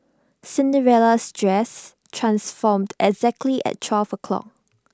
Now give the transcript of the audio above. Cinderella's dress transformed exactly at twelve o'clock